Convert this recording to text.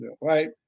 right